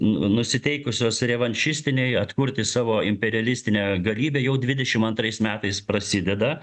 nu nusiteikusios revanšistiniai atkurti savo imperialistinę galybę jau dvidešimt antrais metais prasideda